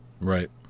Right